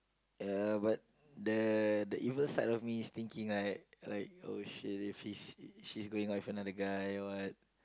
uh but the the evil side of me is thinking like like oh shit if she's she's going out with another guy or what